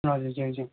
हजुर ज्यू ज्यू